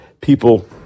people